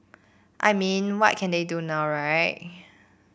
I mean what can they do now right